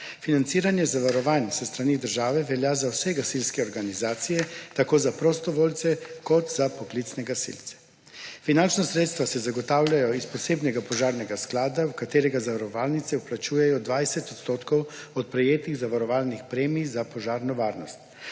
Financiranje zavarovanj s strani države velja za vse gasilske organizacije, tako za prostovoljce kot za poklicne gasilce. Finančna sredstva se zagotavljajo iz posebnega Požarnega sklada, v katerega zavarovalnice vplačujejo 20 odstotkov od prejetih zavarovalnih premij za požarno varnost.